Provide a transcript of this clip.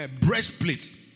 breastplate